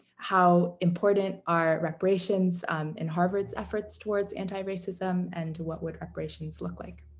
how important are reparations in harvard's efforts towards anti-racism? and what would reparations look like?